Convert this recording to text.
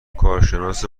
کارشناس